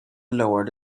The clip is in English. lowered